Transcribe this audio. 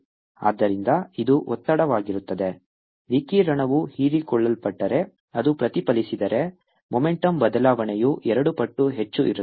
momentum densityc Sc2 Sc ಆದ್ದರಿಂದ ಇದು ಒತ್ತಡವಾಗಿರುತ್ತದೆ ವಿಕಿರಣವು ಹೀರಿಕೊಳ್ಳಲ್ಪಟ್ಟರೆ ಅದು ಪ್ರತಿಫಲಿಸಿದರೆ ಮೊಮೆಂಟುಮ್ ಬದಲಾವಣೆಯು ಎರಡು ಪಟ್ಟು ಹೆಚ್ಚು ಇರುತ್ತದೆ